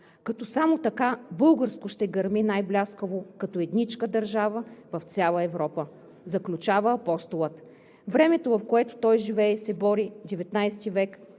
като само така „Българско ще гърми най-бляскаво като едничка държава в цяла Европа“ – заключава Апостола. Времето, в което живя и се бори Левски